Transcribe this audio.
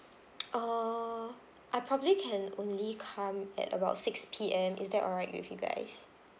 uh I probably can only come at about six P_M is that all right with you guys